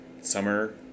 Summer